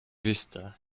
vista